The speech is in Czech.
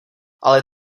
ale